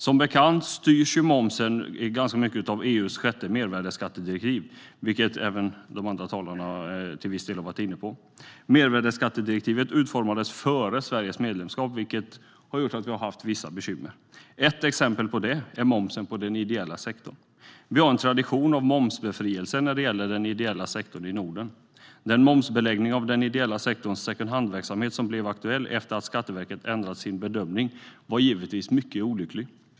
Som bekant styrs momsen ganska mycket av EU:s sjätte mervärdesskattedirektiv, vilket andra talare till viss del har varit inne på. Mervärdesskattedirektivet utformades före Sveriges medlemskap, vilket har gjort att vi har haft vissa bekymmer. Ett exempel på det är momsen på den ideella sektorn. Vi har en tradition av momsbefrielse när det gäller den ideella sektorn i Norden. Den momsbeläggning av den ideella sektorns secondhandverksamhet som blev aktuell efter det att Skatteverket hade ändrat sin bedömning var givetvis mycket olycklig.